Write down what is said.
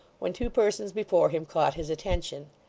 when two persons before him caught his attention.